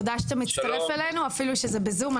תודה שאתה מצטרף אלינו אפילו שזה בזום,